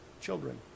children